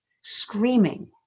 screaming